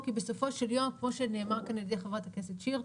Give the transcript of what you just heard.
כי בסופו של היום כמו שנאמר כאן על ידי חברת הכנסת שיר,